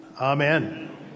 amen